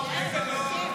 נתקבלה.